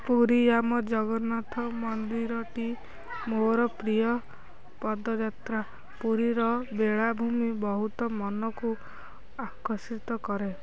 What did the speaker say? ପୁରୀ ଆମ ଜଗନ୍ନାଥ ମନ୍ଦିରଟି ମୋର ପ୍ରିୟ ପଦଯାତ୍ରା ପୁରୀର ବେଳାଭୂମି ବହୁତ ମନକୁ ଆକର୍ଷିତ କରେ